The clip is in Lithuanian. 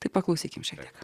tai paklausykim šiek tiek